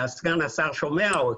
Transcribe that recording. סגן השר שומע אותי,